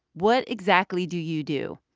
what exactly do you do?